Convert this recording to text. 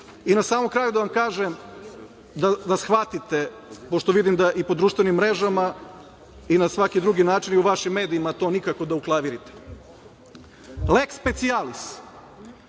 na kraju da vam kažem, da shvatite, pošto vidim da i po društvenim mrežama i na svaki drugi način i u vašim medijima to nikako da uklavirite – leks specijalis